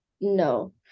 no